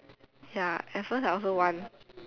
ya at first I also want